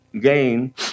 gain